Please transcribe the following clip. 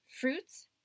fruits